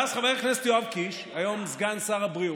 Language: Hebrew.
ואז חבר הכנסת יואב קיש, היום סגן שר הבריאות,